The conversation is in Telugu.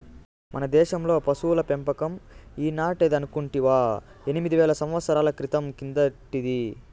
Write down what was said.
మన దేశంలో పశుల పెంపకం ఈనాటిదనుకుంటివా ఎనిమిది వేల సంవత్సరాల క్రితం కిందటిది